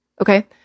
Okay